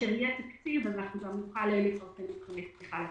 כאשר יהיה תקציב אנחנו גם נוכל לבנות מבחני תמיכה.